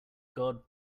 god